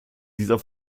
dieser